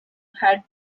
had